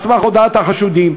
על סמך טענת החשודים,